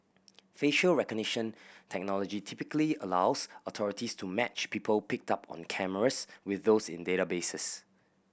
facial recognition technology typically allows authorities to match people picked up on cameras with those in databases